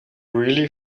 really